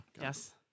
Yes